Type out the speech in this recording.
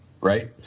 right